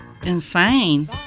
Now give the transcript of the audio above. insane